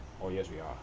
oh yes we are